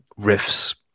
riffs